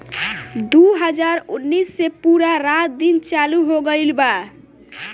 दु हाजार उन्नीस से पूरा रात दिन चालू हो गइल बा